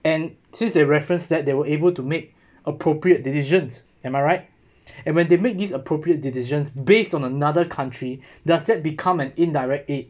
and since they references that they were able to make appropriate decisions am I right and when they make these appropriate decisions based on another country does that become an indirect aid